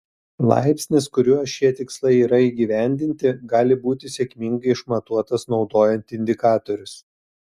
laipsnis kuriuo šie tikslai yra įgyvendinti gali būti sėkmingai išmatuotas naudojant indikatorius